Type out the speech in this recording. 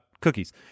cookies